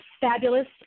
fabulous